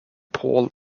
paul